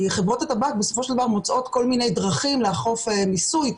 חברות הטבק בסופו של דבר מוצאות כל מיני דרכים לאכוף מיסוי,